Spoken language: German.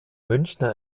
münchner